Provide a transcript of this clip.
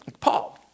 Paul